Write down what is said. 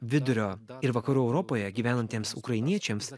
vidurio ir vakarų europoje gyvenantiems ukrainiečiams